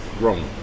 Wrong